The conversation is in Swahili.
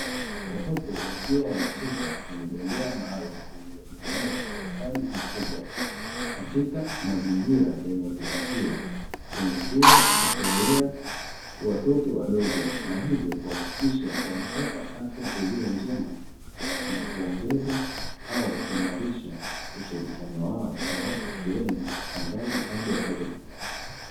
Watoto wakiwa wanacheza kwenye bembea maalumu, zilizotengenezwa kwa ustadi mkubwa katika mazingira yenye kuvutia, kwenye shule ya kulelea watoto wadogo na hivyo kuhakikisha wanapata afya iliyo njema, na kuongeza au kuimarisha ushirikiano wawapo shuleni angali bado wadogo.